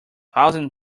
thousand